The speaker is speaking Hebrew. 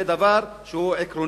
זה דבר עקרוני.